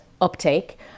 uptake